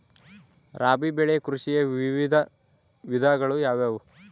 ರಾಬಿ ಬೆಳೆ ಕೃಷಿಯ ವಿವಿಧ ವಿಧಗಳು ಯಾವುವು?